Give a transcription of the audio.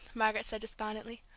margaret said despondently.